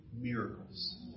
miracles